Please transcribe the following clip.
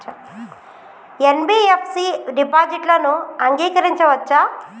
NBFC డిపాజిట్లను అంగీకరించవచ్చా?